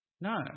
No